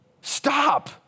Stop